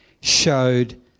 showed